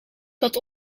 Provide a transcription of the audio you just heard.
dat